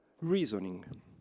reasoning